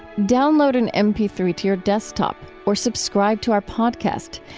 download an m p three to your desktop or subscribe to our podcast,